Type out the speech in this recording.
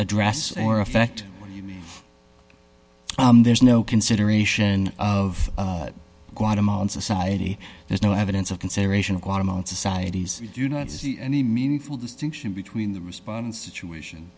address or affect me there's no consideration of guatemalan society there's no evidence of consideration of guatemalan societies you do not see any meaningful distinction between the response situation